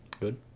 Good